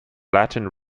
latin